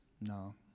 No